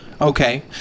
Okay